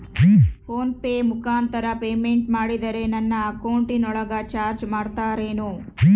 Phone pay ಮುಖಾಂತರ payment ಮಾಡಿದರೆ ನನ್ನ ಅಕೌಂಟಿನೊಳಗ ಚಾರ್ಜ್ ಮಾಡ್ತಿರೇನು?